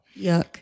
Yuck